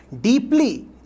Deeply